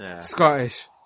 Scottish